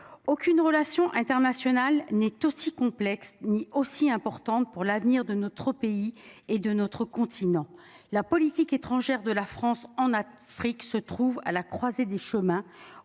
Aucune relation internationale n'est aussi complexe ni aussi importante pour l'avenir de notre pays et de notre continent. La politique étrangère de la France en Afrique se trouve à la croisée des chemins,